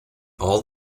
all